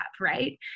Right